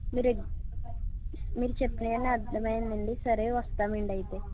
మీరు మీరు చెప్పినవన్నీ అర్థమైందండి సరే వస్తామండీ అయితే